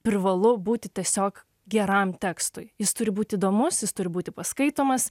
privalu būti tiesiog geram tekstui jis turi būti įdomus jis turi būti paskaitomas